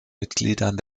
mitgliedern